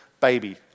baby